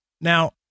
Now